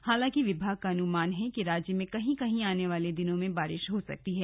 हालांकि विभाग का अनुमान है कि राज्य में कहीं कहीं आने वाले दिनों में भी बारिश हो सकती है